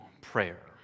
prayer